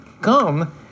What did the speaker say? Come